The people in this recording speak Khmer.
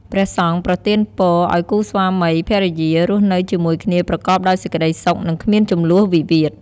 ព្រះសង្ឃប្រទានពរឲ្យគូស្វាមីភរិយារស់នៅជាមួយគ្នាប្រកបដោយសេចក្ដីសុខ និងគ្មានជម្លោះវិវាទ។